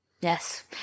Yes